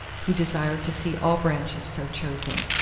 who desired to see all branches so chosen.